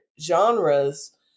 genres